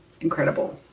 incredible